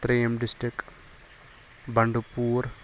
ترٛیٚم district بَنڈٕ پوٗر